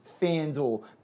FanDuel